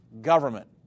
government